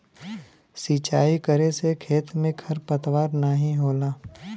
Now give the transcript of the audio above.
सिंचाई करे से खेत में खरपतवार नाहीं होला